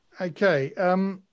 Okay